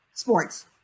sports